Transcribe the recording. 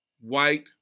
White